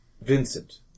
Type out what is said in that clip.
Vincent